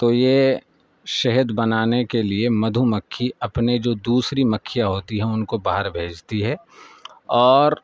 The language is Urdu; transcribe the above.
تو یہ شہد بنانے کے لیے مدھو مکھی اپنے جو دوسری مکھیاں ہوتی ہیں ان کو باہر بھیجتی ہے اور